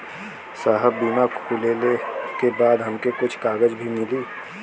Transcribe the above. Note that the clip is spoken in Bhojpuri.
साहब बीमा खुलले के बाद हमके कुछ कागज भी मिली?